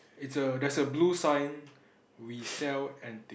it's a there's a blue sign we sell antique